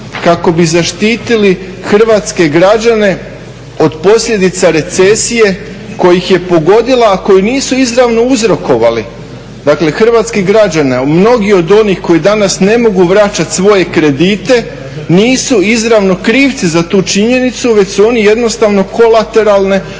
kako bi zaštitili hrvatske građane od posljedica recesije koja ih je pogodila a koju nisu izravno uzrokovali dakle hrvatski građani. A mnogi od onih koji danas ne mogu vraćati svoje kredite nisu izravno krivci za tu činjenicu već su oni jednostavno kolateralne,